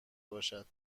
باشد